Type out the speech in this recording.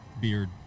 beard